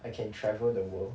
I can travel the world